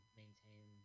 maintain